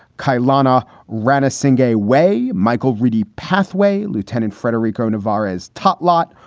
chelina renison gay way, michael riedy pathway, lieutenant frederico nevarez, tot lot,